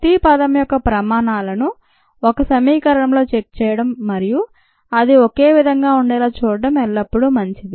ప్రతి పదం యొక్క ప్రమాణాలను ఒక సమీకరణంలో చెక్ చేయడం మరియు అది ఒకేవిధంగా ఉండేలా చూడటం ఎల్లప్పుడూ మంచిది